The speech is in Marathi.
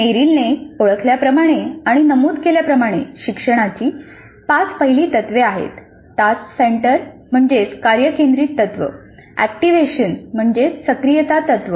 मेरिलने ओळखल्याप्रमाणे आणि नमूद केल्याप्रमाणे शिक्षणाची पाच पहिली तत्त्वे आहेतः टास्क सेंटर्ड तत्व